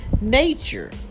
nature